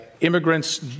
immigrants